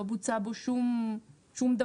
לא בוצע בו שום דבר.